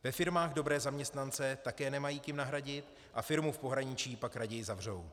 Ve firmách dobré zaměstnance také nemají kým nahradit a firmu v pohraničí pak raději zavřou.